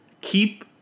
keep